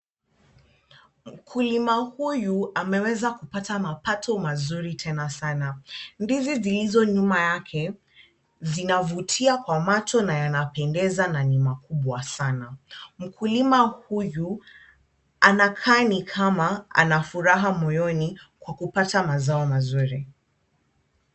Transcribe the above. Mkulima huyu ameweza kupata mapato mazuri tena sana. Ndizi zilizo nyuma yake zinavutia kwa macho na yanapendeza na ni makubwa sana. Mkulima huyu anakaa ni kama ana furaha moyoni kwa kupata mazao mazuri.